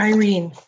Irene